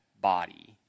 body